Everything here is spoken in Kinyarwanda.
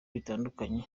bitandukanye